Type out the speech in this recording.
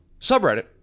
subreddit